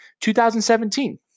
2017